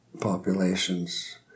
populations